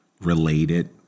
related